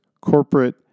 corporate